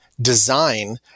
design